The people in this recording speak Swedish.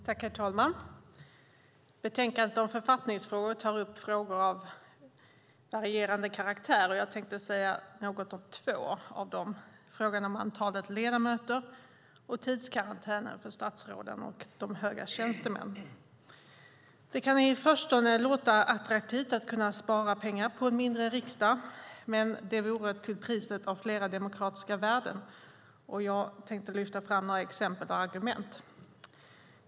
Herr talman! Betänkandet om författningsfrågor tar upp frågor av varierande karaktär. Jag tänkte säga något om två av dem: antalet ledamöter i riksdagen och tidskarantänen för statsråden och de höga tjänstemännen. Det kan i förstone låta attraktivt att kunna spara pengar på en mindre riksdag, men det vore till priset av flera demokratiska värden. Jag tänkte lyfta fram några exempel och argument.